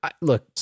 Look